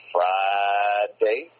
Friday